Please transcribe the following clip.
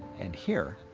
and here,